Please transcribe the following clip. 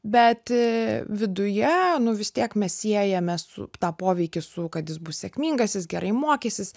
bet viduje nu vis tiek mes siejame su tą poveikį su kad jis bus sėkmingas jis gerai mokysis